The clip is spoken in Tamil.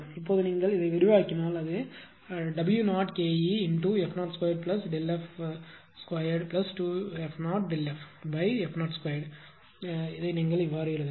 இப்போது நீங்கள் விரிவாக்கினால் அது Wke0f02f22f0Δff02உங்கள் வழியில் நீங்கள் சரியாக எழுதலாம்